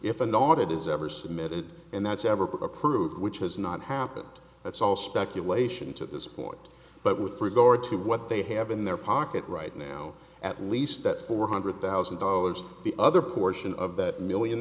if an audit is ever submitted and that's ever been approved which has not happened that's all speculation to this point but with regard to what they have in their pocket right now at least that four hundred thousand dollars the other portion of that million